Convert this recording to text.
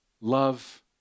love